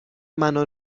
منو